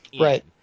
Right